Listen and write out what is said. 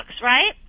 right